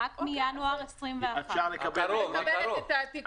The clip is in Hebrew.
רק מינואר 2021. אני מקבלת את התיקון.